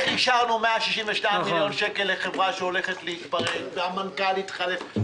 איך אישרנו 162 מיליון שקל לחברה שהולכת להתפרק והמנכ"ל שלה התחלף?